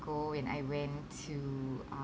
ago when I went to uh